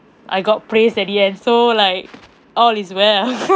I got praised at the end so like all is well